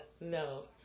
no